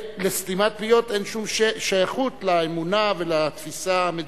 לסתימת פיות אין שום שייכות לאמונה ולתפיסה המדינית.